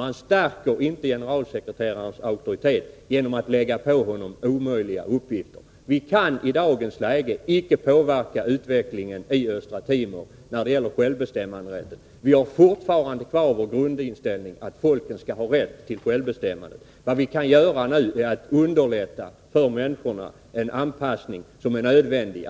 Man stärker inte generalsekreterarens auktoritet genom att lägga på honom omöjliga uppgifter. Vi kan i dagens läge icke påverka utvecklingen i Östra Timor när det gäller självbestämmanderätten. Vi har fortfarande kvar vår grundinställning att folken skall ha rätt till självbestämmande. Vad vi kan göra nu är att underlätta för människorna, att hjälpa